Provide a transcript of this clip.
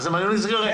הם היו נסגרים.